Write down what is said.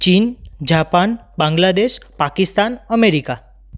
China Japan Bangladesh Pakistan America